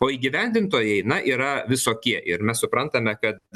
o įgyvendintojai na yra visokie ir mes suprantame kad